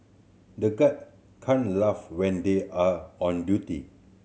the guard can't laugh when they are on duty